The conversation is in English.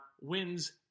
wins